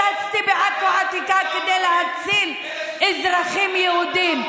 אני התרוצצתי בעכו העתיקה כדי להציל אזרחים יהודים.